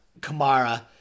Kamara